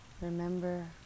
Remember